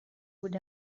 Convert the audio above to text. would